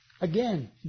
Again